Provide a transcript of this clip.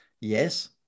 Yes